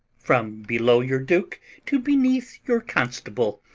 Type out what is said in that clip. from below your duke to beneath your constable,